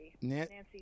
Nancy